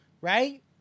right